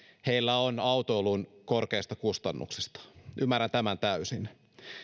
heillä on autoilun korkeista kustannuksista ymmärrän tämän täysin